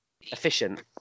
efficient